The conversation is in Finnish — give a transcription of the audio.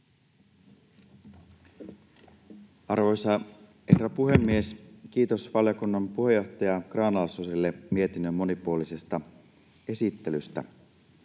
Arvoisa herra puhemies! Kiitos valiokunnan puheenjohtaja Grahn-Laasoselle mietinnön monipuolisesta esittelystä.